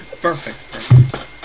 perfect